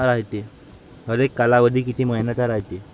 हरेक कालावधी किती मइन्याचा रायते?